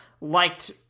liked